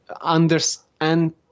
understand